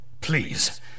Please